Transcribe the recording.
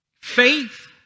faith